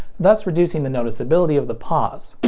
thus reducing the noticeability of the pause.